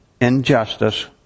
injustice